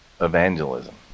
evangelism